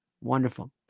Wonderful